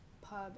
pub